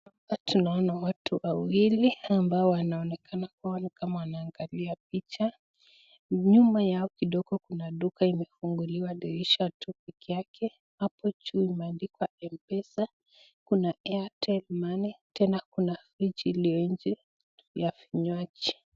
Hapa tunaona watu wawili ambao wanaonekana kama wanaangalia picha. Nyuma yao kidogo kuna duka imefunguliwa dirisha tu pekee yake, hapo juu imeandikwa M-pesa, kuna Airtel money , tena kuna viti iliyo nje ya vinywaji.